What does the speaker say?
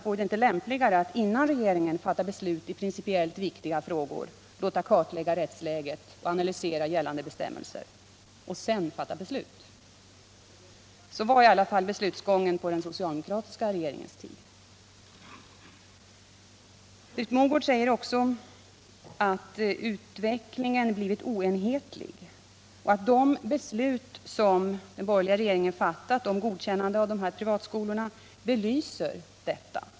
Vore det inte lämpligare att i principiellt viktiga frågor först låta klarlägga rättsläget, analysera gällande bestämmelser och sedan fatta beslut? Så var i alla fall beslutsgången på den socialdemokratiska regeringens tid. Britt Mogård säger också att utvecklingen har blivit oenhetlig och att de beslut som den borgerliga regeringen fattade om godkännande av dessa privatskolor belyser detta.